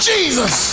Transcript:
Jesus